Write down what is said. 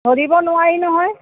ধৰিব নোৱাৰি নহয়